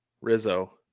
rizzo